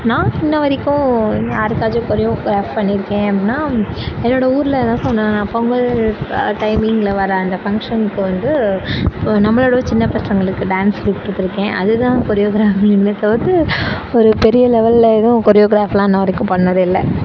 நான் இன்னி வரைக்கும் யாருக்காச்சும் கொரியோகிராஃப் பண்ணியிருக்கேன் அப்படின்னா என்னோட ஊரில் அதுதான் சொன்னேனில்லை பொங்கல் டைம்மிங்கில் வர அந்த ஃபங்க்ஷனுக்கு வந்து நம்மளை விட சின்ன பசங்களுக்கு டான்ஸ் சொல்லி கொடுத்து இருக்கேன் அது தான் கொரியோகிராஃப் பண்ணி இருக்கேன் தவிர்த்து ஒரு பெரிய லெவலில் எதுவும் கொரியோகிராஃப்பெலாம் இன்னிய வரைக்கும் எதுவும் பண்ணது இல்லை